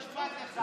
משפט אחד.